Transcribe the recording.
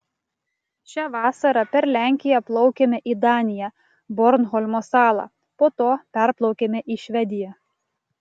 šią vasarą per lenkiją plaukėme į daniją bornholmo salą po to perplaukėme į švediją